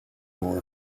war